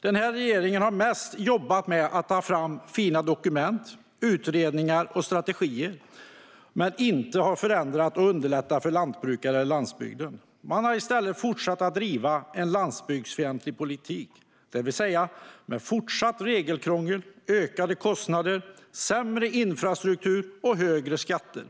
Den här regeringen har mest jobbat med att ta fram fina dokument, utredningar och strategier. Men den har inte förändrat och underlättat för lantbrukare eller landsbygden. Man har i stället fortsatt att driva en landsbygdsfientlig politik, det vill säga med fortsatt regelkrångel, ökade kostnader, sämre infrastruktur och högre skatter.